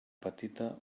petita